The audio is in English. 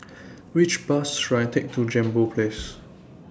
Which Bus should I Take to Jambol Place